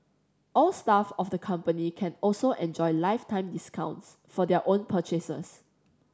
all staff of the company can also enjoy lifetime discounts for their own purchases